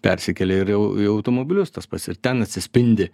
persikėlė ir jau į automobilius tas pats ir ten atsispindi